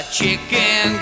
chicken